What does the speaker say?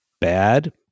bad